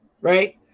Right